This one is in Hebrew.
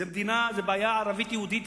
זו בעיה ערבית-יהודית,